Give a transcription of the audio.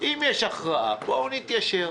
אם יש הכרעה בואו נתיישר,